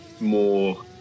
more